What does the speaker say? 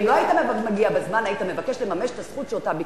ואם לא היית מגיע בזמן היית מבקש לממש את הזכות שביקשת,